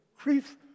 grief